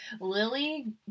Lily